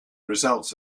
results